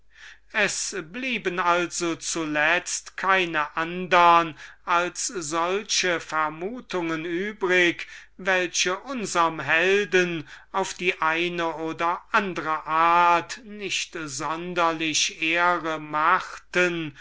es blieben also keine andre als solche vermutungen übrig welche unserm helden auf die eine oder andre art nicht sonderliche ehre machten